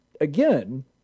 again